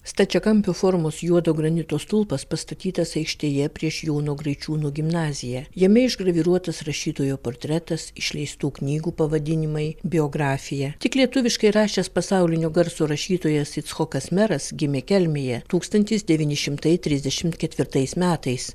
stačiakampio formos juodo granito stulpas pastatytas aikštėje prieš jono graičiūno gimnaziją jame išgraviruotas rašytojo portretas išleistų knygų pavadinimai biografija tik lietuviškai rašęs pasaulinio garso rašytojas icchokas meras gimė kelmėje tūkstantis devyni šimtai trisdešim ketvirtais metais